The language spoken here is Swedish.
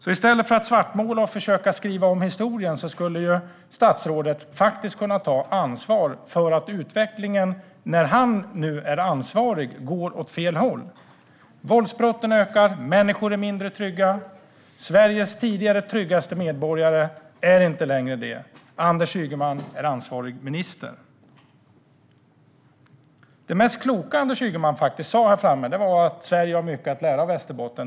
I stället för att svartmåla och försöka skriva om historien skulle statsrådet kunna ta ansvar för att utvecklingen, när han nu är ansvarig, går åt fel håll. Våldsbrotten ökar, människor är mindre trygga, Sveriges tidigare tryggaste medborgare är inte längre det. Anders Ygeman är ansvarig minister. Det mest kloka som Anders Ygeman sa var att Sverige har mycket att lära av Västerbotten.